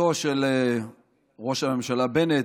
בראשותו של ראש הממשלה בנט,